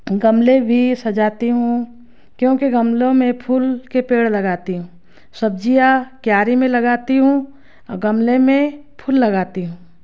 गमलें भी सजाती हूँ क्योंकि गमलों में फूल के पेड़ लगाती हूँ सब्जियाँ क्यारी में लगती हूँ गमलें में फूल लगाती हूँ